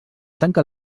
tancar